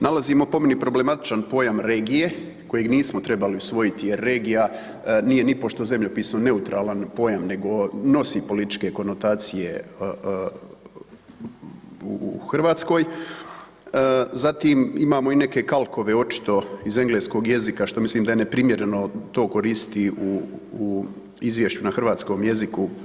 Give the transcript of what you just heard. Nalazimo po meni problematičan problem pojam regije koji nismo trebali usvojiti jer regija nije nipošto zemljopisno neutralan pojam nego nosi političke konotacije u Hrvatskoj, zatim imamo i neke kalkove očito iz engleskog jezika što mislim da je neprimjereno to koristiti u izvješću na hrvatskom jeziku.